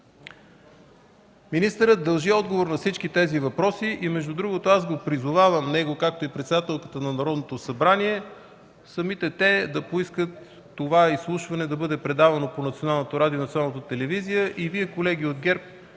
Министърът дължи отговор на всички тези въпроси и между другото аз го призовавам, както и председателката на Народното събрание, самите те да поискат това изслушване да бъде предавано по Българското